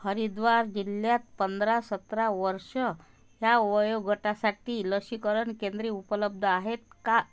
हरिद्वार जिल्ह्यात पंधरा सतरा वर्ष ह्या वयोगटासाठी लसीकरण केंद्रे उपलब्ध आहेत का